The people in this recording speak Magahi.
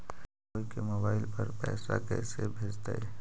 कोई के मोबाईल पर पैसा कैसे भेजइतै?